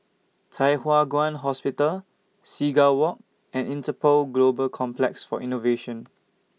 Thye Hua Kwan Hospital Seagull Walk and Interpol Global Complex For Innovation